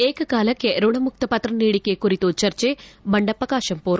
ಏಕಕಾಲಕ್ಕೆ ಋಣಮುಕ್ತ ಪತ್ರ ನೀಡಿಕೆ ಕುರಿತು ಚರ್ಚೆ ಬಂಡೆಪ್ಪ ಕಾಶೆಂಪೂರ್